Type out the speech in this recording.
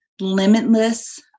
limitless